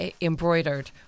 embroidered